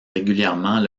régulièrement